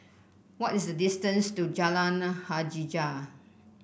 what is the distance to Jalan Hajijah